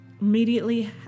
Immediately